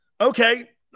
Okay